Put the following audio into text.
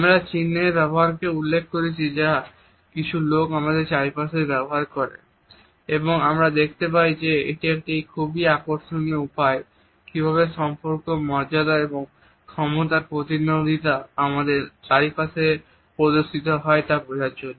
আমরা চিহ্নের ব্যবহারকে উল্লেখ করেছি যা কিছু লোক আমাদের চারপাশে ব্যবহার করে এবং আমরা দেখতে পাই যে এটি একটি খুবই আকর্ষণীয় উপায় কীভাবে সম্পর্ক মর্যাদা এবং ক্ষমতার প্রতিদ্বন্দ্বীতা আমাদের চারপাশে প্রদর্শিত হয় তা বোঝার জন্য